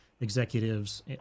executives